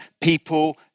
people